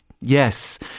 Yes